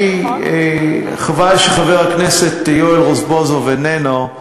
חבל שחבר הכנסת יואל רזבוזוב איננו,